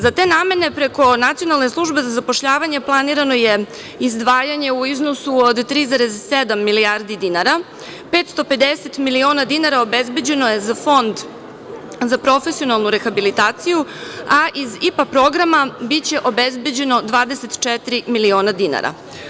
Za te namene preko Nacionalne službe za zapošljavanje, planirano je izdvajanje u iznosu od 3,7 milijardi dinara, 550 miliona dinara obezbeđeno je za Fond za profesionalnu rehabilitaciju a iz IPA programa biće obezbeđeno 24 miliona dinara.